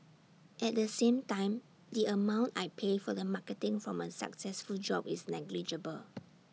at the same time the amount I pay for the marketing from A successful job is negligible